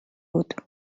بود